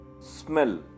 smell